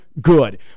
good